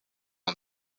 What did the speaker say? and